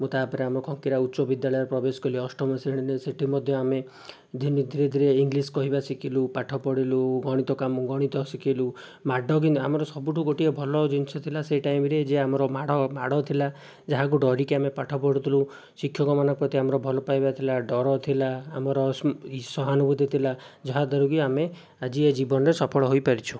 ମୁଁ ତାପରେ ଆମ ଖଙ୍କିରା ଉଚ୍ଚ ବିଦ୍ୟାଳୟ ପ୍ରବେଶ କଲି ଅଷ୍ଟମ ଶ୍ରେଣୀରେ ସେଠି ମଧ୍ୟ ଆମେ ଧୀରେ ଧୀରେ ଇଂଲିଶ କହିବା ଶିଖିଲୁ ପାଠ ପଢ଼ିଲୁ ଗଣିତ କାମ ଗଣିତ ଶିଖିଲୁ ମାଡ଼ କିନ୍ତୁ ଆମର ସବୁଠୁ ଗୋଟିଏ ଭଲ ଜିନିଷ ଥିଲା ସେ ଟାଇମ୍ରେ ଯେ ଆମର ମାଡ଼ ମାଡ଼ ଥିଲା ଯାହାକୁ ଡରିକି ଆମେ ପାଠ ପଢ଼ୁଥିଲୁ ଶିକ୍ଷକମାନଙ୍କ ପ୍ରତି ଆମ ଭଲପାଇବା ଥିଲା ଡର ଥିଲା ଆମର ସହାନୁଭୂତି ଥିଲା ଯାହାଦ୍ଵାରାକି ଆମେ ଆଜି ଏ ଜୀବନରେ ସଫଳ ହୋଇପାରିଛୁ